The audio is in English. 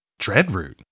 Dreadroot